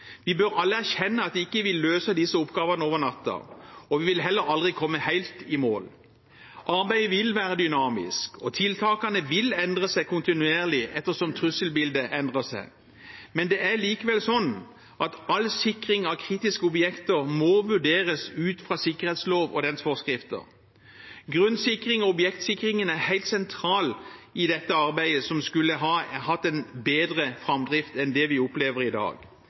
Vi bør alle erkjenne at vi ikke løser disse oppgavene over natten, og vi vil heller aldri komme helt i mål. Arbeidet vil være dynamisk, og tiltakene vil endre seg kontinuerlig etter som trusselbildet endrer seg. Men det er likevel sånn at all sikring av kritiske objekter må vurderes ut fra sikkerhetsloven og dens forskrifter. Grunnsikring og objektsikring er helt sentralt i dette arbeidet, som skulle hatt en bedre framdrift enn det vi opplever i dag.